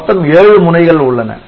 மொத்தம் 7 முனைகள் உள்ளன